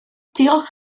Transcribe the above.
diolch